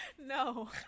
No